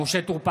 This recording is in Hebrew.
משה טור פז,